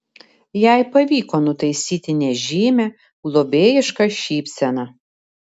jai pavyko nutaisyti nežymią globėjišką šypseną